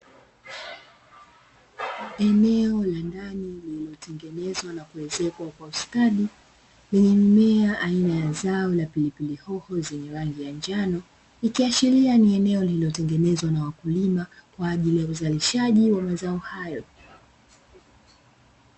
Eneo la ndani lililotengenezwa na kuezekwa kwa ustadi, lenye mimea aina ya zao la pilipili hoho zenye rangi ya njano, ikiashiria kuwa ni eneo lililotengenezwa na wakulima kwa ajili ya uzalishaji wa mazao hayo.